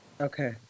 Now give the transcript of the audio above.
Okay